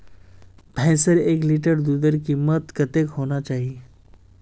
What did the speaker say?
भैंसेर एक लीटर दूधेर कीमत कतेक होना चही?